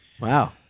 Wow